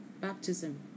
baptism